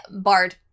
bard